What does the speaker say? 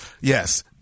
Yes